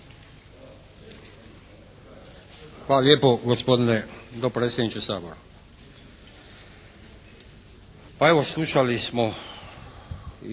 Hvala lijepo gospodine dopredsjedniče Sabora. Pa evo slušali smo